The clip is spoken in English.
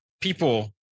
people